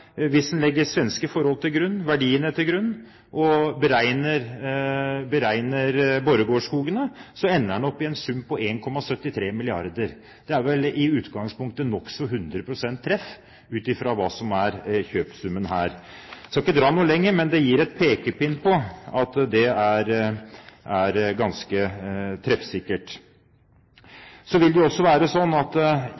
hvis en legger svenske forhold til grunn, verdiene til grunn, og beregner Borregaard-skogene, ender en opp i en sum på 1,73 mrd. kr. Det er vel i utgangspunktet nokså 100 pst. treff, ut fra hva som er kjøpesummen her. Jeg skal ikke dra det noe lenger, men det gir en pekepinn på at det er ganske treffsikkert.